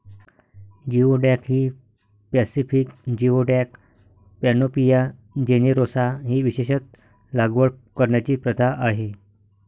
geoduck ही Pacific geoduck, panopea generosa ही विशेषत लागवड करण्याची प्रथा आहे